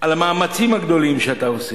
על המאמצים הגדולים שאתה עושה,